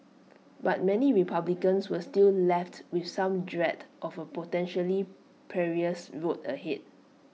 but many republicans were still left with some dread of A potentially perilous road ahead